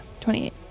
28